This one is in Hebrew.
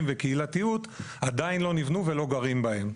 וקהילתיות עדיין לא נבנו ולא גרים בהם.